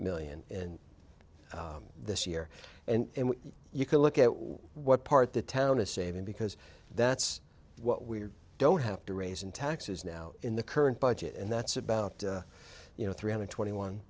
million in this year and you can look at what part the town is saving because that's what we don't have to raise in taxes now in the current budget and that's about you know three hundred twenty one